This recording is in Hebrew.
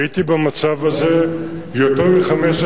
הייתי במצב הזה יותר מחמש,